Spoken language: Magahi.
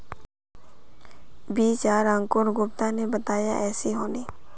बीज आर अंकूर गुप्ता ने बताया ऐसी होनी?